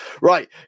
right